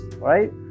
right